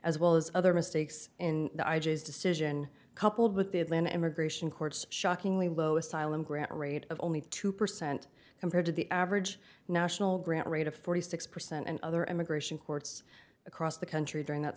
as well as other mistakes in the iges decision coupled with the atlanta immigration courts shockingly low asylum grant rate of only two percent compared to the average national grant rate of forty six percent and other immigration courts across the country during that